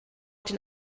den